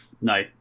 No